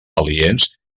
aliens